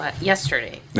yesterday